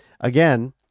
again